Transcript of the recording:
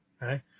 Right